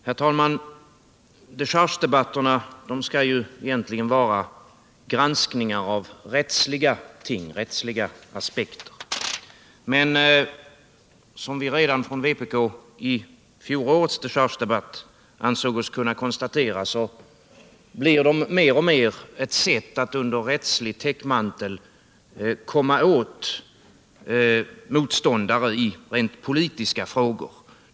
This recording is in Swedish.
Herr talman! Dechargedebatterna skall ju egentligen vara granskningar ur rättsliga aspekter. Men som vi från vpk redan i fjolårets dechargedebatt ansåg oss kunna konstatera blir de mer och mer ett sätt att under rättslig täckmantel komma åt motståndare i rent politiska frågor.